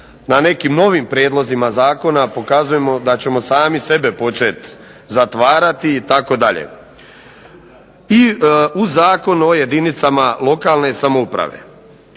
na nekim novim prijedlozima pokazujemo da ćemo sami sebe početi zatvarati itd. i Zakon o jedinicama lo, kalne samouprave.